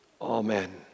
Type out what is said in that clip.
Amen